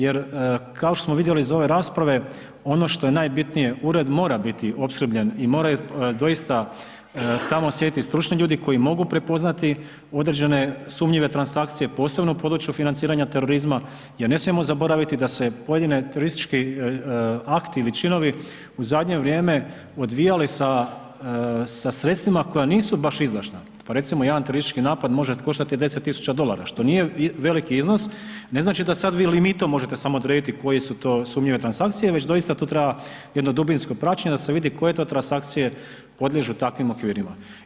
Jer kao što smo vidjeli iz ove rasprave ono što je najbitnije ured mora biti opskrbljen i moraju doista tamo sjediti stručni ljudi koji mogu prepoznati određene sumnjive transakcije posebno u području financiranja terorizma jer ne smijemo zaboraviti da se pojedini turističke akti ili činovi u zadnje vrijeme odvijali sa sredstvima koja nisu baš izdašna, pa recimo jedan turistički napad može koštati deset tisuća dolara, što nije veliki iznos, ne znači da sad vi limitom možete samo odrediti koji su to sumnjive transakcije, već doista to treba jedno dubinsko praćenje da se vidi koje to transakcije podliježu takvim okvirima.